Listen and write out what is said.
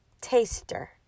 taster